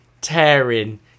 tearing